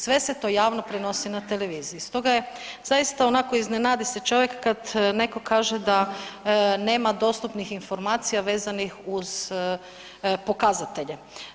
Sve se to javno prenosi na televiziji, stoga je, zaista onako, iznenadi se čovjek kad netko kaže da nema dostupnih informacija vezanih uz pokazatelje.